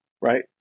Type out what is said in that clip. right